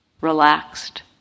relaxed